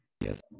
Yes